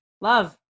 love